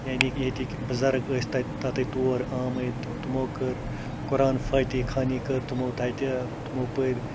یعنے کہِ ییٚتِکۍ بُزَرٕگۍ ٲسۍ تَتہِ تَتٕے تور آمٕتۍ تِمَو کٔر قۄرآن فاتے خٲنی کٔر تِمَو تَتہِ تِمَو پٔرۍ